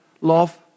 love